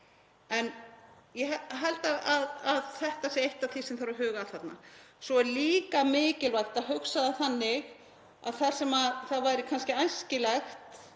Ég held að þetta sé eitt af því sem þarf að huga að þarna. Svo er líka mikilvægt að hugsa það þannig að þar sem það væri kannski æskilegt